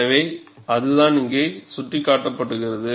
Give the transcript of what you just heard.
எனவே அதுதான் இங்கே சுட்டிக்காட்டப்படுகிறது